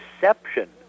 deception